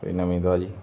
ਕੋਈ ਨਵੀਂ ਤਾਜ਼ੀ